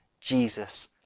Jesus